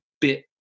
bit